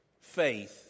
faith